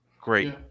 Great